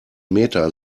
meta